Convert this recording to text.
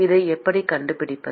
அதை எப்படி கண்டுபிடிப்பது